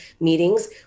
meetings